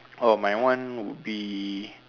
oh my one would be